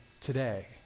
today